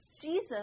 Jesus